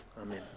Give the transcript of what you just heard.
Amen